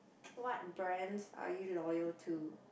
what brands are you loyal to